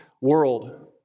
world